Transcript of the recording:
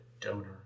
donor